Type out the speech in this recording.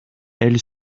elle